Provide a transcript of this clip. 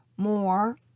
More